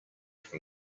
from